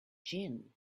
gin